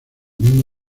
mismo